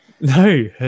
No